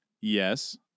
Yes